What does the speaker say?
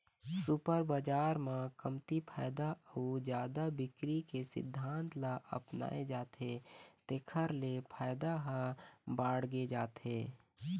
super बजार म कमती फायदा अउ जादा बिक्री के सिद्धांत ल अपनाए जाथे तेखर ले फायदा ह बाड़गे जाथे